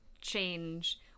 change